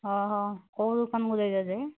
ଓହୋ କେଉଁ ଦୋକାନକୁ ଯାଇଛ ଯେ